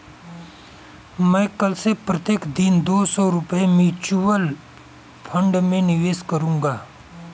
मैं कल से प्रत्येक दिन दो सौ रुपए म्यूचुअल फ़ंड में निवेश करूंगा